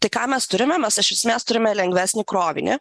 tai ką mes turime mes iš esmės turime lengvesnį krovinį